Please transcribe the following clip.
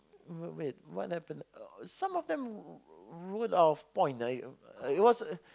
wait wait wait what happened some of them wrote out of point I I it was